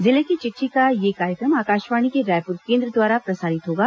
जिले की चिट्ठी का यह कार्यक्रम आकाशवाणी के रायपुर केंद्र द्वारा प्रसारित होगा